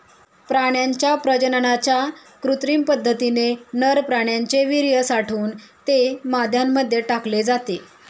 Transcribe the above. प्राण्यांच्या प्रजननाच्या कृत्रिम पद्धतीने नर प्राण्याचे वीर्य साठवून ते माद्यांमध्ये टाकले जाते